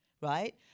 right